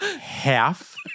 half